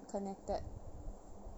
yup connected